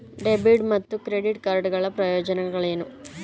Debit ಮತ್ತು credit card ಗಳ ಪ್ರಯೋಜನಗಳೇನು?